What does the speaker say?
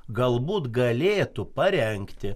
galbūt galėtų parengti